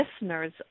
listeners